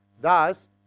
Thus